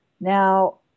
Now